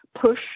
push